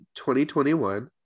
2021